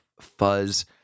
fuzz